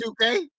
2K